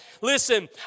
Listen